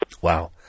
Wow